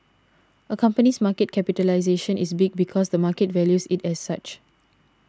a company's market capitalisation is big because the market values it as such